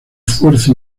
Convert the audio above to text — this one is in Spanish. fuerza